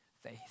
faith